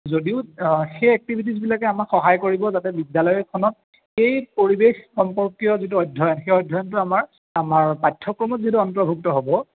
যদিও সেই এক্টিভিটিছবিলাকে আমাক সহায় কৰিব যাতে বিদ্যালয়খনত এই পৰিৱেশ সম্পৰ্কীয় যিটো অধ্যয়ন সেই অধ্যয়নটো আমাৰ আমাৰ পাঠ্যক্ৰমত যিহেতু অন্তৰ্ভুক্ত হ'ব